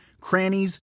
crannies